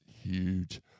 Huge